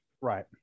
Right